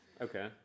Okay